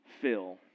fill